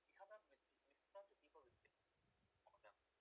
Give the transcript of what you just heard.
we come down with we down to people which is